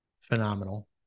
phenomenal